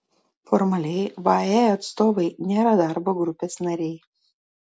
formaliai vae atstovai nėra darbo grupės nariai